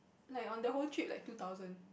like on the whole trip like two thousand